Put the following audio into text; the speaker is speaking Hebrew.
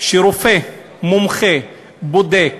שרופא מומחה בודק